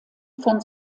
von